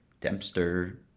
Dempster